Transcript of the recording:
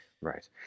Right